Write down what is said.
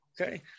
okay